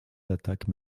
attaques